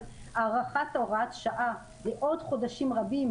הארכת הוראת השעה לעוד חודשים רבים,